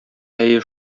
әйе